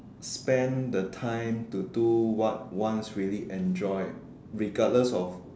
spend the time to do what one really enjoy regardless of